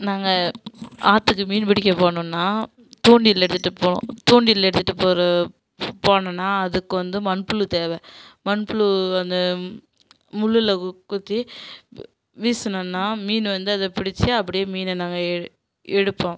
நாங்கள் ஆற்றுக்கு மீன் பிடிக்க போகணுன்னா தூண்டில் எடுத்துட்டு போவோம் தூண்டில் எடுத்துகிட்டு போகிற போனோன்னா அதுக்கு வந்து மண்புழு தேவை மண்புழு அந்த முள்ளில் குத்தி வீசுனோன்னா மீன் வந்து அதை பிடிச்சி அப்படியே மீனை நாங்கள் எடு எடுப்போம்